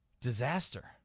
disaster